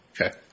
Okay